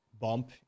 bump